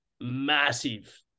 massive